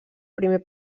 primer